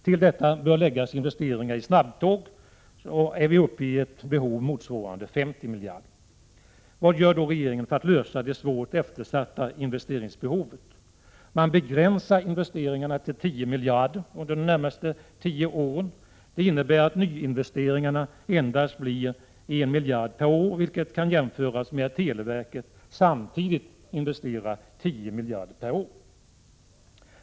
Till detta bör läggas investeringar i snabbtåg, och då är vi uppe i ett behov motsvarande 50 miljarder. Vad gör då regeringen för att lösa det svårt eftersatta investeringsbehovet? Man begränsar investeringarna till 10 miljarder under de närmaste tio åren. Det innebär att nyinvesteringarna endast blir 1 miljard per år, vilket kan jämföras med att televerket samtidigt investerar 10 miljarder per år.